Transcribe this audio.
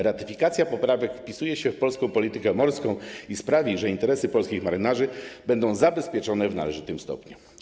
Ratyfikacja poprawek wpisuje się w polską politykę morską i sprawi, że interesy polskich marynarzy będą zabezpieczone w należytym stopniu.